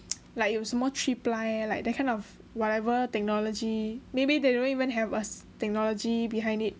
like 有什么 three ply like that kind of whatever technology maybe they don't even have a technology behind it